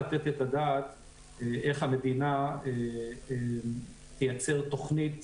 לתת את הדעת איך המדינה תייצר תכנית